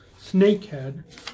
Snakehead